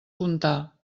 contar